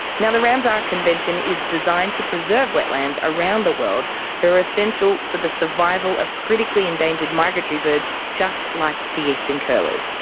the ramsar convention is designed to preserve wetlands around the world that are essential for the survival of critically endangered migratory birds just like the eastern curlew.